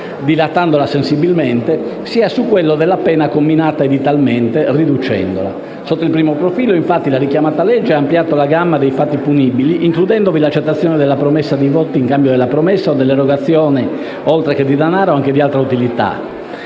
dilatandola sensibilmente, sia su quello della pena comminata edittalmente, riducendola. Sotto il primo profilo, infatti, la richiamata legge ha ampliato la gamma dei fatti punibili, includendovi l'accettazione della promessa di voti in cambio della promessa o dell'erogazione, oltre che di denaro, anche di altra utilità.